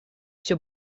все